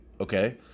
okay